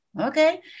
okay